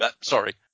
Sorry